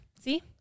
See